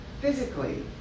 physically